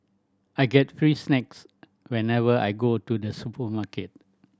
I get free snacks whenever I go to the supermarket